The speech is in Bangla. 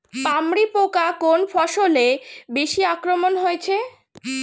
পামরি পোকা কোন ফসলে বেশি আক্রমণ হয়েছে?